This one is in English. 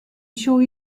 sure